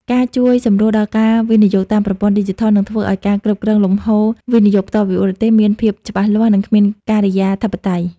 ការជួយសម្រួលដល់ការវិនិយោគតាមប្រព័ន្ធឌីជីថល នឹងធ្វើឱ្យការគ្រប់គ្រងលំហូរ វិនិយោគផ្ទាល់ពីបរទេស មានភាពច្បាស់លាស់ និងគ្មានការិយាធិបតេយ្យ។